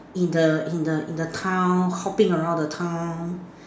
in the in the in the town hopping around the town